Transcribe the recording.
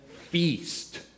feast